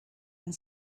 and